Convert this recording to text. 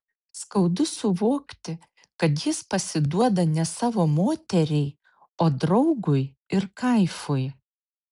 skaudu suvokti kad jis pasiduoda ne savo moteriai o draugui ir kaifui